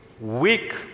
weak